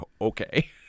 Okay